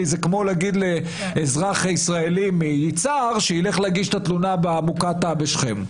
כי זה כמו להגיד לאזרח ישראלי מיצהר שילך להגיש את התלונה במוקטעה בשכם.